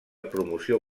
promoció